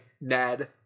Ned